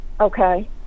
Okay